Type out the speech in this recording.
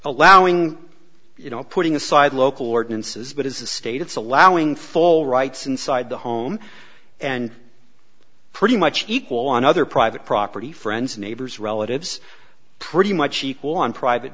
allowing you know putting aside local ordinances but as a state it's allowing full rights inside the home and pretty much equal on other private property friends neighbors relatives pretty much equal on private